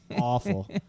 awful